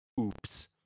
oops